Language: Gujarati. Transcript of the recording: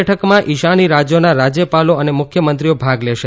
બેઠકમાં ઇશાની રાજ્યોના રાજ્યપાલો અને મુખ્યમંત્રીઓ ભાગ લેશે